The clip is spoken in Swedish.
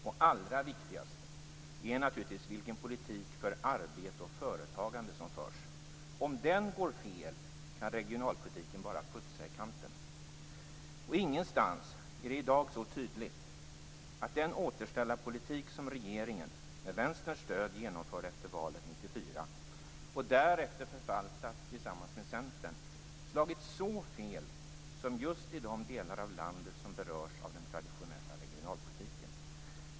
Och allra viktigast är naturligtvis vilken politik för arbete och företagande som förs. Om den går fel kan regionalpolitiken bara putsa i kanten. Och ingenstans är det i dag så tydligt att den återställarpolitik som regeringen med Vänsterns stöd genomförde efter valet 1994 och därefter har förvaltat tillsammans med Centern slagit så fel som just i de delar av landet som berörs av den traditionella regionalpolitiken.